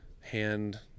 hand